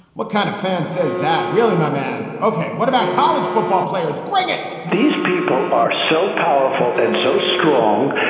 what kind of fan says that? really, my man? ok, what about college football players playing it? these people are so powerful and so strong,